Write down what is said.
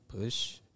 push